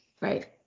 Right